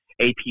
AP